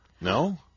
No